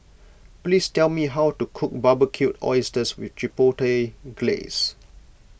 please tell me how to cook Barbecued Oysters with Chipotle Glaze